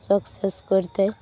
success କରିଥାଏ